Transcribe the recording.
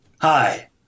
Hi